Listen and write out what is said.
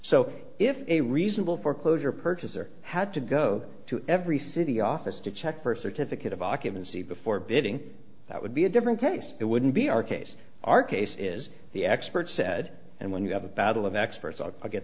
so if a reasonable foreclosure purchaser had to go to every city office to check for a certificate of occupancy before bidding that would be a different case it wouldn't be our case our case is the experts said and when you have a battle of experts i'll get